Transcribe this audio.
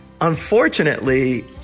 unfortunately